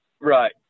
Right